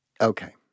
okay